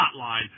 hotline